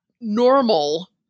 normal